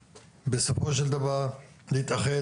בסופו של דבר כולם צריכים להתאחד